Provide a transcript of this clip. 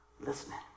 listening